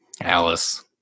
Alice